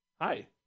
hi